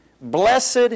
blessed